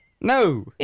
No